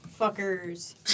Fuckers